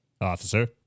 Officer